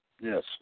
Yes